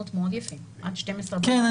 עד 12:00 בלילה,